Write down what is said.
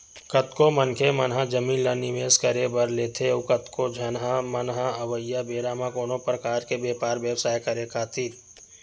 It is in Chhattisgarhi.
कतको मनखे मन ह जमीन ल निवेस करे बर लेथे अउ कतको झन मन ह अवइया बेरा म कोनो परकार के बेपार बेवसाय करे खातिर